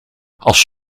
als